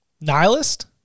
Nihilist